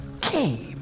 came